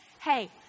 Hey